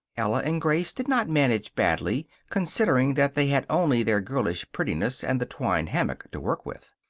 ella and grace did not manage badly, considering that they had only their girlish prettiness and the twine hammock to work with.